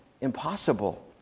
impossible